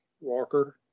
Walker